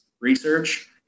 research